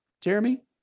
Jeremy